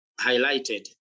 highlighted